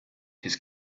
his